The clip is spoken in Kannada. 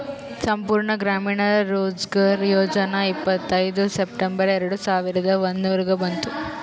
ಸಂಪೂರ್ಣ ಗ್ರಾಮೀಣ ರೋಜ್ಗಾರ್ ಯೋಜನಾ ಇಪ್ಪತ್ಐಯ್ದ ಸೆಪ್ಟೆಂಬರ್ ಎರೆಡ ಸಾವಿರದ ಒಂದುರ್ನಾಗ ಬಂತು